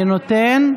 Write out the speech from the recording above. אני נותן.